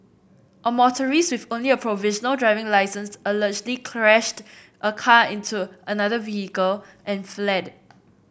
a motorist with only a provisional driving licence allegedly crashed a car into another vehicle and fled